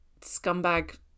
scumbag